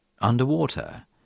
underwater